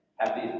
Happy